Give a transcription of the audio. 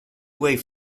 wave